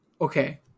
Okay